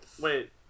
Wait